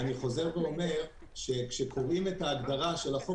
אני חוזר ואומר שכשקוראים את ההגדרה של החוק